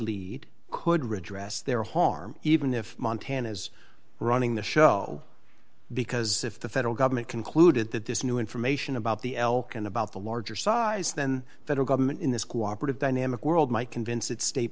lead could redress there harm even if montana is running the show because if the federal government concluded that this new information about the elk and about the larger size then federal government in this cooperative dynamic world might convince its state